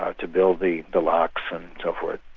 ah to build the the locks and so forth.